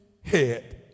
head